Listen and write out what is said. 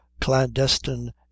clandestine